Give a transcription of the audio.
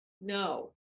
No